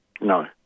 No